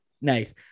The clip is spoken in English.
Nice